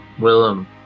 Willem